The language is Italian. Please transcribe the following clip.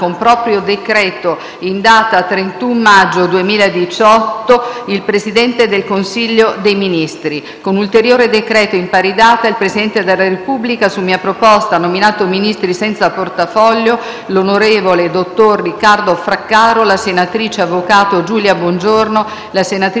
Grazie a tutti.